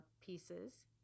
pieces